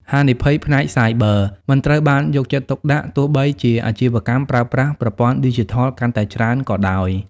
ហានិភ័យផ្នែកសាយប័រ មិនត្រូវបានយកចិត្តទុកដាក់ ទោះបីជាអាជីវកម្មប្រើប្រាស់ប្រព័ន្ធឌីជីថលកាន់តែច្រើនក៏ដោយ។